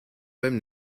beim